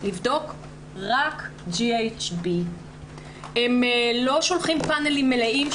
לבדוק רק GHB. הם לא שולחים פאנלים מלאים,